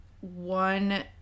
one